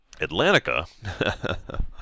Atlantica